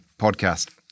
podcast